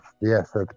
yes